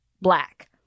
black